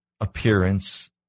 appearance